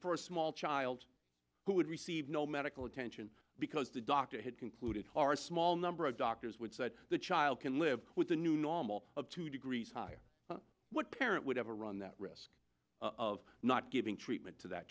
for a small child who would receive no medical attention because the doctor had concluded our small number of doctors would say the child can live with the new normal of two degrees higher what parent would have to run that risk of not giving treatment to that